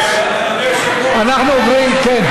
אנחנו עוברים, כן?